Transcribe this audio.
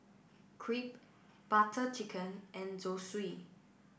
Crepe Butter Chicken and Zosui